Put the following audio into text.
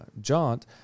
jaunt